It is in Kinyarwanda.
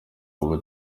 uba